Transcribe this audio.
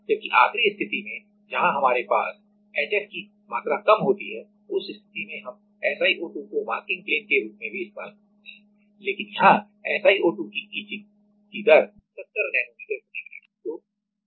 जबकि आखिरी स्थिति में जहां हमारे पास HF की मात्रा कम होती है उस स्थिति में हम SiO2 को मास्किंग प्लेन के रूप में भी इस्तेमाल कर सकते हैं लेकिन यहां SiO2 की इचिंग की दर 70 नैनोमीटर प्रति मिनट है